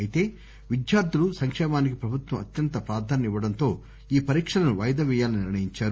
అయితే విద్యార్దులు సంకేమానికి ప్రభుత్వం అత్యంత ప్రాధాన్యత ఇవ్వడంతో ఈ పరీక్షలను వాయిదా పేయాలని నిర్ణయించారు